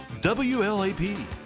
WLAP